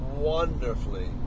wonderfully